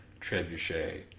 Trebuchet